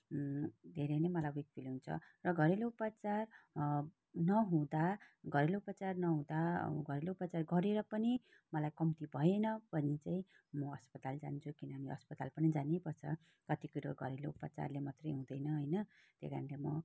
धेरै नै मलाई विक फिल हुन्छ र घरेलु उपचार नहुँदा घरेलु उपचार नहुँदा घरेलु उपचार गरेर पनि मलाई कम्ती भएन भने चाहिँ म अस्पताल जान्छु किनभने अस्पताल पनि जानैपर्छ कति कुरो घरेलु उपचारले मात्रै हुँदैन होइन त्यही करणले म